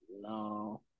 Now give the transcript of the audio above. No